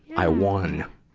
i won.